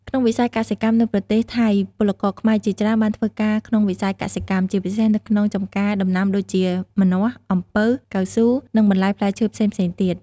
ក្នុងវិស័យសិកម្មនៅប្រទេសថៃពលករខ្មែរជាច្រើនបានធ្វើការក្នុងវិស័យកសិកម្ម ជាពិសេសនៅក្នុងចម្ការដំណាំដូចជា ម្នាស់ អំពៅ កៅស៊ូ និង បន្លែផ្លែឈើ ផ្សេងៗទៀត ។